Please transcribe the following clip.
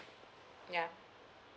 ya